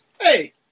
Hey